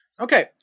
Okay